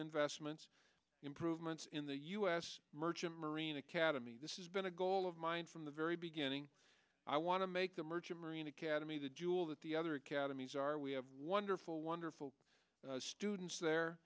investments improvements in the u s merchant marine academy this is been a goal of mine from the very beginning i want to make the merchant marine academy the jewel that the other academies are we have wonderful wonderful students there